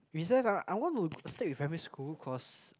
recess ah I want to stick with primary school cause